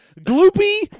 Gloopy